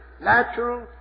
natural